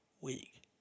week